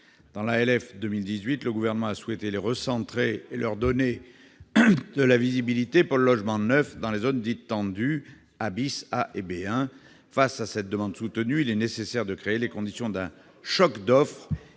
finances pour 2018, le Gouvernement avait souhaité les recentrer et leur donner de la visibilité, pour le logement neuf, dans les zones dites « tendues »: A , A et B1. Face à une demande soutenue, il est nécessaire de créer les conditions d'un choc d'offre